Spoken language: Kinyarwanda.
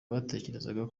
batekerezaga